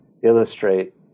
illustrate